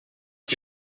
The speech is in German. die